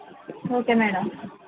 okay madam